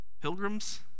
Pilgrims